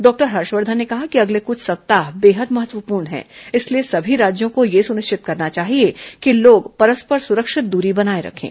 doctor Harshvardhan ने कहा कि अगले कुछ सप्ताह बेहद महत्वपूर्ण है इसलिए सभी राज्यों को यह सुनिश्चित करना चाहिए की लोग परस्पर सुरक्षित द्री बनाये रखे